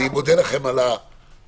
אני מודה לכן על הסנכרון,